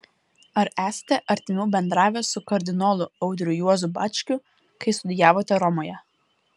ar esate artimiau bendravęs su kardinolu audriu juozu bačkiu kai studijavote romoje